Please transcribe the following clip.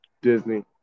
Disney